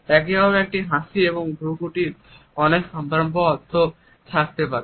একইভাবে একটি হাসি একটি ভ্রুকুটির অনেক সম্ভাব্য অর্থ থাকতে পারে